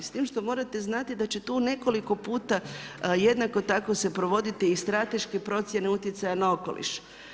S tim što morate znati da će tu nekoliko puta jednako tako se provoditi i strateške procjene utjecaja na okoliš.